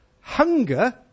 Hunger